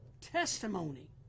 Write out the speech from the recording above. testimony